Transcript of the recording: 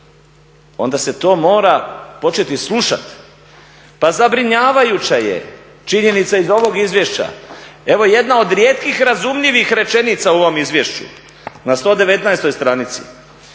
onda se to mora početi slušati. Pa zabrinjavajuća je činjenica iz ovog izvješća, evo jedna od rijetkih razumljivih rečenica u ovom izvješću na 119. stranici.